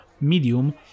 medium